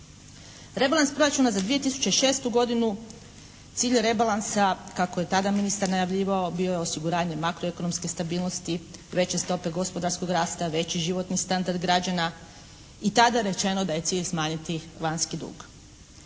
Rebalans proračuna za 2006. godinu, cilj rebalansa kako je tada ministar najavljivao bio je osiguranje makroekonomske stabilnosti, veće stope gospodarskog rasta, veći životni standard građana i tada rečeno da je cilj smanjiti vanjski dug.